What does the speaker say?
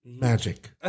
Magic